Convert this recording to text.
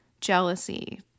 jealousy